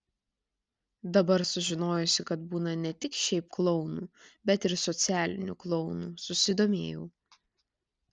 dabar sužinojusi kad būna ne tik šiaip klounų bet ir socialinių klounų susidomėjau